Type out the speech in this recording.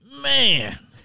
man